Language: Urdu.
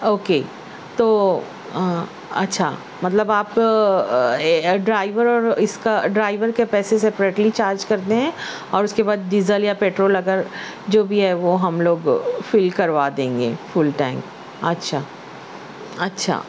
اوکے تو اچھا مطلب آپ ڈرائیور اس کا ڈرائیور کے پیسے سے پریٹلی چارج کرتے ہیں اور اس کے بعد ڈیژل یا پیٹرول اگر جو بھی ہے وہ ہم لوگ فل کروا دیں گے فل ٹائم اچھا اچھا